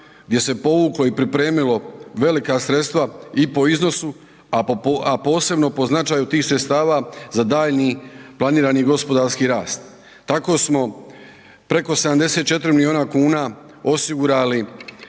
gdje se povuklo i pripremilo velika sredstva i po iznosu, a posebno po značaju tih sredstava za daljnji planirani gospodarski rast. Tako smo preko 74 milijuna kuna osigurali